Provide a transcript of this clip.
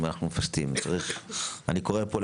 אני קורא פה,